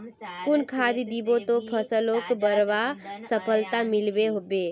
कुन खाद दिबो ते फसलोक बढ़वार सफलता मिलबे बे?